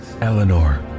Eleanor